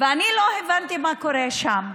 ואני לא הבנתי מה קורה שם.